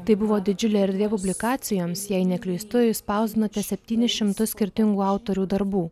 tai buvo didžiulė erdvė publikacijoms jei neklystu išspausdinote septynis šimtus skirtingų autorių darbų